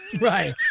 Right